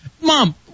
Mom